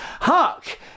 Hark